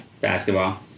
basketball